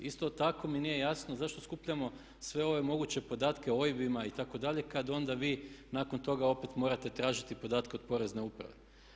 Isto tako mi nije jasno zašto skupljamo sve ove moguće podatke o OIB-ima itd., kada onda vi nakon toga opet morate tražiti podatke od porezne uprave.